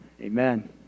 Amen